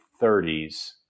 30s